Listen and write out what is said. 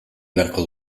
beharko